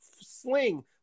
sling